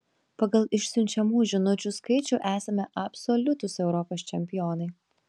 pagal išsiunčiamų žinučių skaičių esame absoliutūs europos čempionai